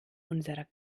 unserer